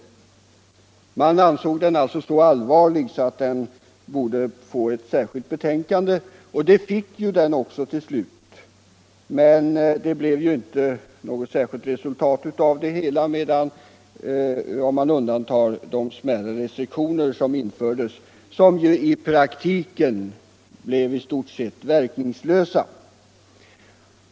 Man ansåg den alltså så allvarlig att den borde få ett särskilt betänkande, och det fick den ju också till slut. Men det blev inte något särskilt resultat, om man undantar de smärre restriktioner som infördes och som ju i praktiken i stort sett blev verkningslösa.